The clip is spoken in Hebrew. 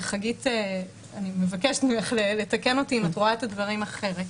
וחגית אני מבקשת ממך לתקן אותי אם את רואה את הדברים אחרת,